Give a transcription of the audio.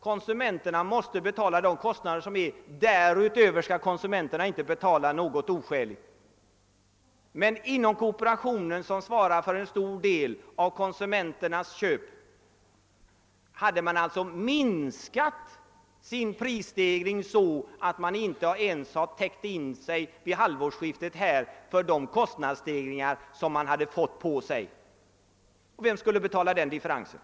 Konsumenterna måste betala de kostnader som finns, men därutöver skall de inte betala något oskäligt. Inom kooperationen, som svarar för en stor del av konsumenternas köp, hade man alltså minskat sin prisstegring så att man vid halvårsskiftet inte ens täckt in sig för kostnadsstegringarna. Vem skall betala den differensen?